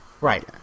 right